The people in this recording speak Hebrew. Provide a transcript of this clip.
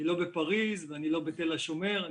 אני לא בפריז ואני לא בתל השומר,